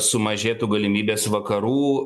sumažėtų galimybės vakarų